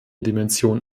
dimension